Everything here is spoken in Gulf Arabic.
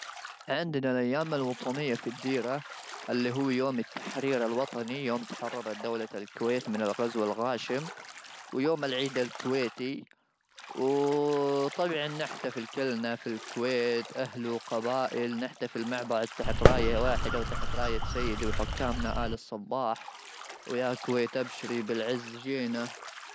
عندنا الايام الوطنيه في الديره اللي هو يوم التحرير الوطني يوم تحرر دوله الكويت من الغزو الغاشم ,ويوم العيد الكويتي, وطبعا نحتفل كلنا في الكويت اهله قبائل نحتفل مع بعض تحت رايه واحده ,وتحت رايه سيدي وحكامنا ال الصباح ويا الكويت ابشري بالعز جينا.